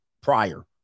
prior